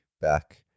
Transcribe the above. back